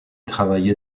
travaillé